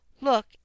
look